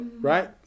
right